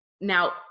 now